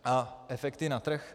A efekty na trh?